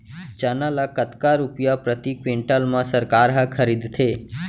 चना ल कतका रुपिया प्रति क्विंटल म सरकार ह खरीदथे?